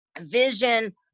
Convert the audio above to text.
vision